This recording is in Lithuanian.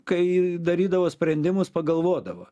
kai darydavo sprendimus pagalvodavo